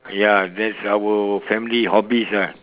ya that's our family hobbies ah